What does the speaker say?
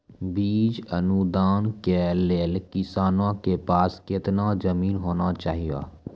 बीज अनुदान के लेल किसानों के पास केतना जमीन होना चहियों?